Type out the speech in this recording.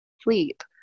sleep